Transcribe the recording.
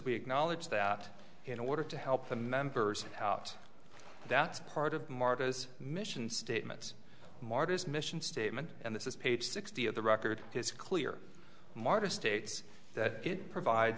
we acknowledge that in order to help the members out that's part of marta's mission statement martyr's mission statement and this is page sixty of the record is clear martin states that it provides